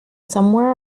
somewhere